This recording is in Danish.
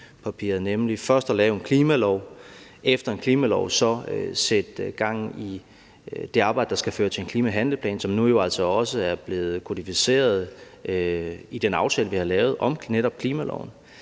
laver først en klimalov og efter klimaloven sætter vi gang i det arbejde, der skal føre til en klimahandleplan, som jo nu altså også er blevet kodificeret i den aftale, vi har lavet, om netop klimaloven.